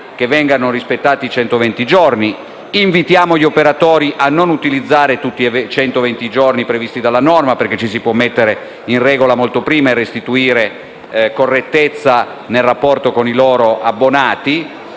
che vengano rispettati i centoventi giorni. Invitiamo gli operatori a non utilizzare tutti i centoventi giorni previsti dalla norma, perché ci si può mettere in regola molto prima e restituire correttezza al rapporto con gli abbonati.